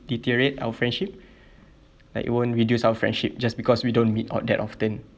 deteriorate our friendship like it won't reduce our friendship just because we don't meet out that often